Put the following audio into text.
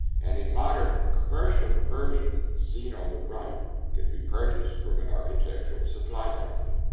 and a modern commercial version seen on the right can be purchased from an architectural supply company.